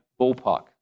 ballpark